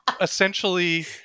essentially